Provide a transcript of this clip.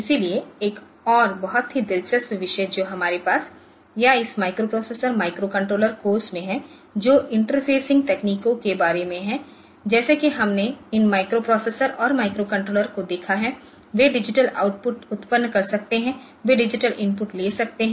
इसलिए एक और बहुत ही दिलचस्प विषय जो हमारे पास या इस माइक्रोप्रोसेसर माइक्रोकंट्रोलर कोर्स में है जो इंटरफेसिंग तकनीकों के बारे में है जैसे कि हमने इन माइक्रोप्रोसेसरों और माइक्रोकंट्रोलरों को देखा है वे डिजिटल आउटपुट उत्पन्न कर सकते है वे डिजिटल इनपुट ले सकते है